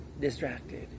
distracted